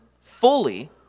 fully